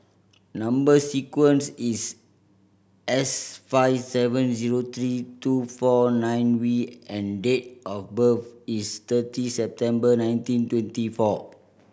number sequence is S five seven zero three two four nine V and date of birth is thirty September nineteen twenty four